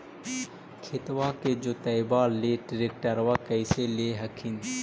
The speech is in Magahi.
खेतबा के जोतयबा ले ट्रैक्टरबा कैसे ले हखिन?